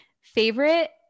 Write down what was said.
Favorite